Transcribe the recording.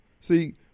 see